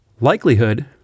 Likelihood